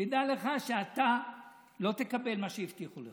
תדע לך שאתה לא תקבל מה שהבטיחו לך.